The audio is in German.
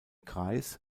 kreis